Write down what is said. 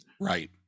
Right